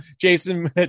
Jason